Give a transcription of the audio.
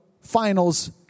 finals